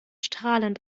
strahlend